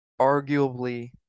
Arguably